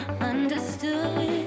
understood